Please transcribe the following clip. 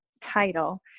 title